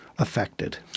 affected